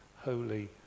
holy